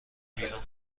بیرون